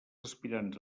aspirants